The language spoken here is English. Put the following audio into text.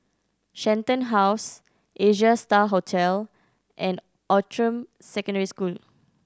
Shenton House Asia Star Hotel and Outram Secondary School